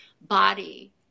body